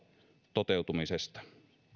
toteutumisesta täällä